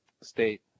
state